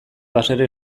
baserri